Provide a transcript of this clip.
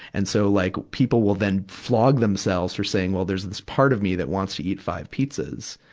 and so like, people will then flog themselves for saying, well, there's this part of me that wants to eat five pizzas.